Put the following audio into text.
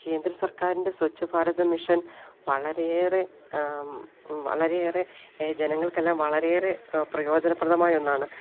കേന്ദ്ര സർക്കാരിൻ്റെ സ്വച്ഛ ഭാരത മിഷൻ വളരെയേറെ വളരെയേറെ ജനങ്ങൾക്കെല്ലാം വളരെയേറെ പ്രയോജനപ്രദമായ ഒന്നാണ്